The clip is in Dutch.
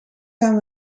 gaan